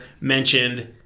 mentioned